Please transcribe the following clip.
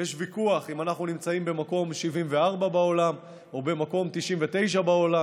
יש ויכוח אם אנחנו נמצאים במקום 74 בעולם או במקום 99 בעולם.